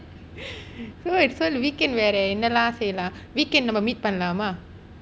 so weekend வேற என்னாலம் செய்யலாம்:vera enna seyyalam weekend நம்ப:namba meet பண்லாமா:panlaama